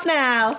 now